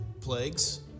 plagues